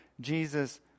Jesus